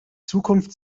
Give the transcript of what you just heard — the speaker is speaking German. zukunft